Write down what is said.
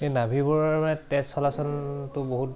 এই নাভিবোৰৰ মানে তেজ চলাচলটো বহুত